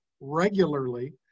regularly